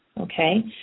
okay